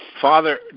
Father